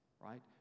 right